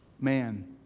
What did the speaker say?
man